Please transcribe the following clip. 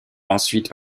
ensuite